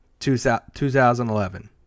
2011